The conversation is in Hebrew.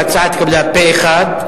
ההצעה התקבלה פה אחד.